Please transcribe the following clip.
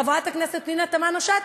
חברת הכנסת לשעבר פנינה תמנו-שטה,